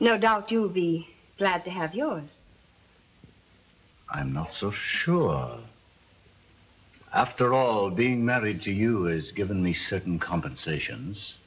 no doubt you'll be glad to have yours i'm not so sure after all being married to you has given me certain compensations